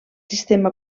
sistema